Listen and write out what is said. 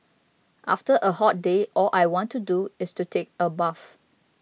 after a hot day all I want to do is to take a bath